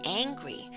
angry